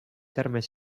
termes